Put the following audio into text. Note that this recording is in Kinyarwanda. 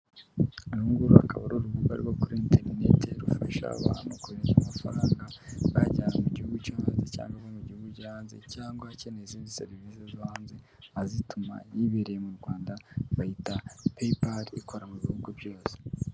Uru nguru akaba ari urubuga rwo kuri internet rufasha abantu kurinda amafaranga bayajyana mu gihugu cyo hanze cyangwa ava mu gihugu hanze, cyangwa akeneye izindi serivisi zo hanze azituma yibereye mu Rwanda, bayita paypal ikora mu bihugu byose.